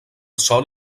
sòl